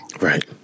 Right